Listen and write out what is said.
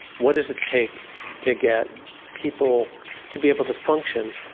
what does it take to get people to be able to function?